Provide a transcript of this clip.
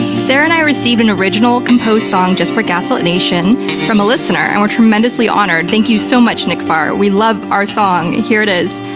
sarah and i received an originally composed songjust for gaslit nation from a listener, and we're tremendously honored. thank you so much, nik farr. we love our song. here it is.